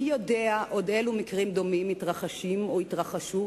מי יודע אילו עוד מקרים דומים מתרחשים או התרחשו,